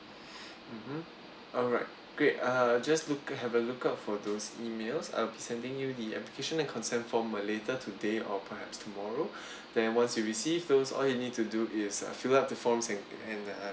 mmhmm alright great uh just look have a look out for those emails I'll be sending you the application and consent form uh later today or perhaps tomorrow then once you receive those all you need to do is uh fill up the forms and and uh